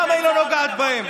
למה היא לא נוגעת בהם?